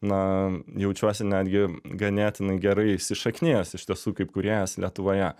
na jaučiuosi netgi ganėtinai gerai įsišaknijęs iš tiesų kaip kūrėjas lietuvoje